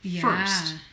first